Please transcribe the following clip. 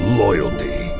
loyalty